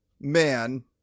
man